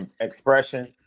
expression